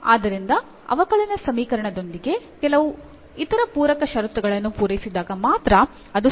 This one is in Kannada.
ಆದ್ದರಿಂದ ಅವಕಲನ ಸಮೀಕರಣದೊಂದಿಗೆ ಕೆಲವು ಇತರ ಪೂರಕ ಷರತ್ತುಗಳನ್ನು ಪೂರೈಸಿದಾಗ ಮಾತ್ರ ಅದು ಸಾಧ್ಯ